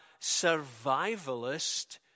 survivalist